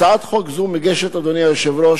הצעת חוק זו מוגשת, אדוני היושב-ראש,